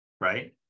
right